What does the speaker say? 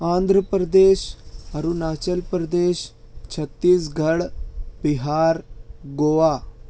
Andhra Pradesh Arunachal Pradesh Chhattisgarh Bihar Goa